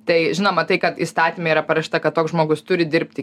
tai žinoma tai kad įstatyme yra parašyta kad toks žmogus turi dirbti